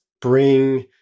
bring